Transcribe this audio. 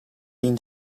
been